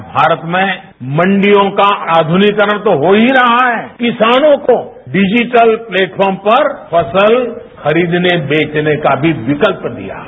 आज भारत में मंडियों का आधुनिकीकरण तो हो ही रहा है किसानों को डिजीटल प्लेटफार्म पर फसल खरीदने बेचने का भी विकल्प मिला है